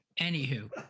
Anywho